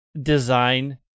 design